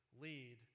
lead